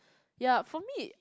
yeap for me